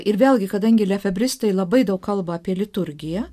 ir vėlgi kadangi lefebristai labai daug kalba apie liturgiją